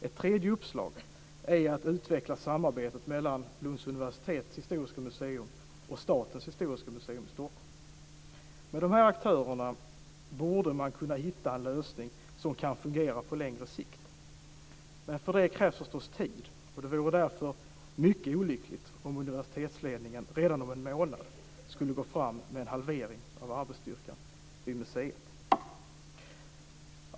Ett tredje uppslag är att utveckla samarbetet mellan Lunds universitets historiska museum och Statens historiska museum. Med dessa aktörer borde man kunna hitta en lösning som kan fungera på längre sikt. Men för att göra det krävs förstås tid. Det vore därför mycket olyckligt om universitetsledningen redan om en månad skulle besluta om en halvering av arbetsstyrkan vid museet.